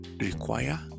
require